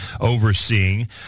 overseeing